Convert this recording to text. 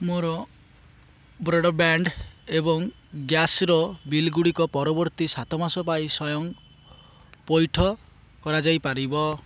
ମୋର ବ୍ରଡ଼୍ବ୍ୟାଣ୍ଡ୍ ଏବଂ ଗ୍ୟାସ୍ର ବିଲଗୁଡ଼ିକ ପରବର୍ତ୍ତୀ ସାତ ମାସ ପାଇଁ ସ୍ଵୟଂ ପଇଠ କରାଯାଇ ପାରିବ